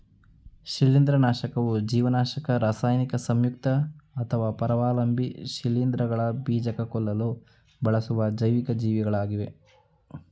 ಶಿಲೀಂಧ್ರನಾಶಕವು ಜೀವನಾಶಕ ರಾಸಾಯನಿಕ ಸಂಯುಕ್ತ ಅಥವಾ ಪರಾವಲಂಬಿ ಶಿಲೀಂಧ್ರಗಳ ಬೀಜಕ ಕೊಲ್ಲಲು ಬಳಸುವ ಜೈವಿಕ ಜೀವಿಗಳಾಗಿವೆ